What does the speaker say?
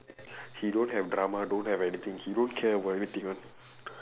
he don't have drama don't have anything he don't care about anything one